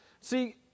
See